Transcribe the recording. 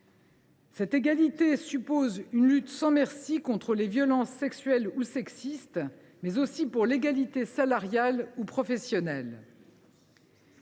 Cette égalité suppose de lutter sans merci contre les violences sexuelles ou sexistes, mais aussi pour l’égalité salariale et professionnelle.